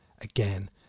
again